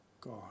God